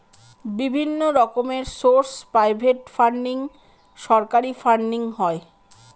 বিভিন্ন রকমের source private funding, সরকারি ফান্ডিং হয়